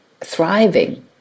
thriving